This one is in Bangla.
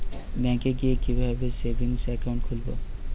ব্যাঙ্কে গিয়ে কিভাবে সেভিংস একাউন্ট খুলব?